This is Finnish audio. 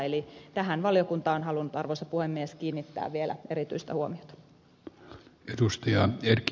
eli tähän valiokunta on halunnut arvoisa puhemies kiinnittää vielä erityistä huomiota